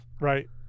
Right